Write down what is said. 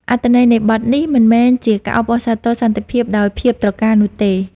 អត្ថន័យនៃបទនេះមិនមែនជាការអបអរសាទរសន្តិភាពដោយភាពត្រកាលនោះទេ។